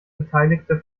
beteiligte